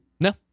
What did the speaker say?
No